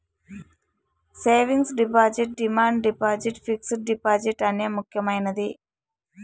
savings deposit demand deposit fixed deposit అనే ముక్యమైనది